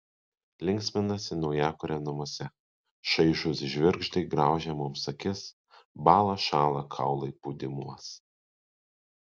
linksminasi naujakurio namuose šaižūs žvirgždai graužia mums akis bąla šąla kaulai pūdymuos